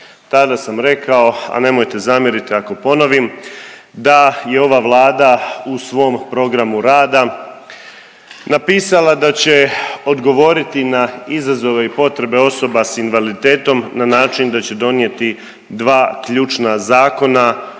Tada sam rekao, a nemojte zamjeriti ako ponovim da i ova Vlada u svom programu rada napisala da će odgovoriti na izazove i potrebe osoba sa invaliditetom na način da će donijeti dva ključna zakona